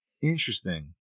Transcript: interesting